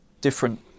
different